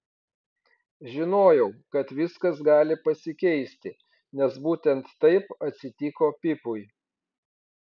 žinojau kad viskas gali pasikeisti nes būtent taip atsitiko pipui